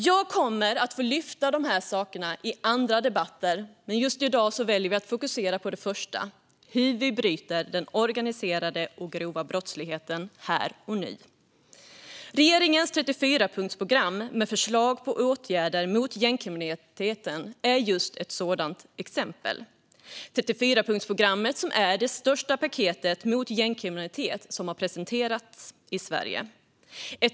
Jag kommer att få ta upp dessa saker i andra debatter, men just i dag väljer jag att fokusera på det första: hur vi bryter den organiserade och grova brottsligheten här och nu. Regeringens 34-punktsprogram med förslag på åtgärder mot gängkriminaliteten är just ett sådant exempel. Detta är det största paket mot gängkriminalitet som har presenterats i Sverige.